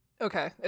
okay